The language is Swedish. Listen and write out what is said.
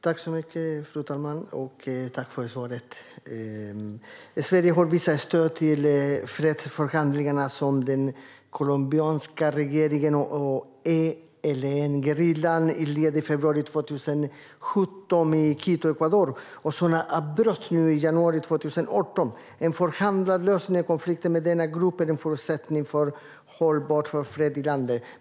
Fru talman! Jag tackar för svaret. Sverige har stött fredsförhandlingarna mellan den colombianska regeringen och ELN-gerillan, som ägde rum i februari 2017 i Quito i Ecuador men som avbröts i januari 2018. En förhandlad lösning av konflikten med denna grupp är en förutsättning för en hållbar fred i landet.